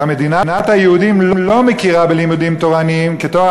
ומדינת היהודים לא מכירה בלימודים תורניים כתואר